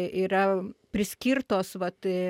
yra priskirtos vat